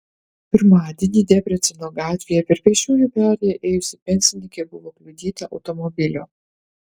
pirmadienį debreceno gatvėje per pėsčiųjų perėję ėjusi pensininkė buvo kliudyta automobilio